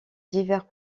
divers